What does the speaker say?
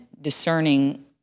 discerning